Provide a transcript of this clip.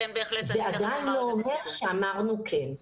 זה עדיין לא אומר שאמרנו כן.